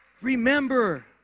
remember